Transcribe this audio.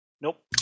Nope